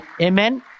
Amen